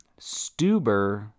Stuber